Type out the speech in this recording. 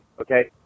okay